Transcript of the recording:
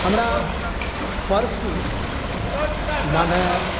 हमरा परसू मने